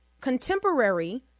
contemporary